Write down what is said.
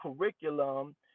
curriculum